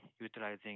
utilizing